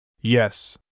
Yes